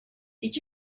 did